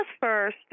first